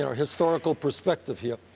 historical perspective here.